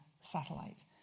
satellite